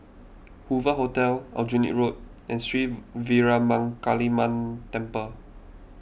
Hoover Hotel Aljunied Road and Sri Veeramakaliamman Temple